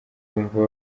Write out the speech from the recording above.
bumva